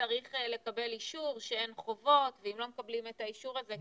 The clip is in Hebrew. וצריך לקבל אישור שאין חובות ואם לא מקבלים את האישור הזה,